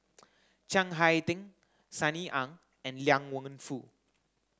Chiang Hai Ding Sunny Ang and Liang Wenfu